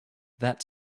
that